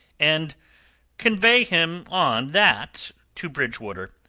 and convey him on that to bridgewater.